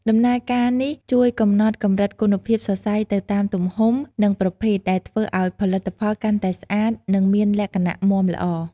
ដំណើរការនេះជួយកំណត់កម្រិតគុណភាពសរសៃសទៅតាមទំហំ និងប្រភេទ ដែលធ្វើឱ្យផលិតផលកាន់តែស្អាត និងមានលក្ខណៈមាំល្អ។